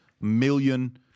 million